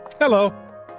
hello